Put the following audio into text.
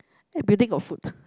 that building got food